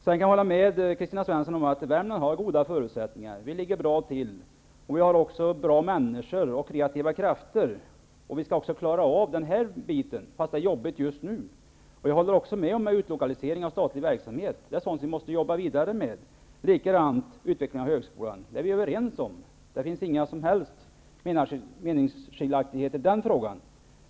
Jag kan hålla med Kristina Svensson om att Värmland har goda förutsättningar. Vårt län ligger bra till. Vi har bra människor och kreativa krafter, och vi skall klara av svårigheterna, trots att det är jobbigt just nu. Jag håller också med om att vi måste arbeta vidare med utlokaliseringen av statlig verksamhet. Det är likadant med utvecklingen av högskolan, som vi är överens om. Det finns inga som helst meningsskiljaktigheter i den frågan.